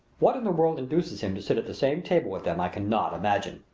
what in the world induces him to sit at the same table with them i cannot imagine.